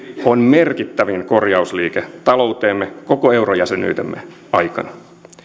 on merkittävin korjausliike talouteemme koko eurojäsenyytemme aikana